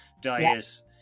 diet